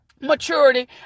maturity